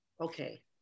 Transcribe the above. Okay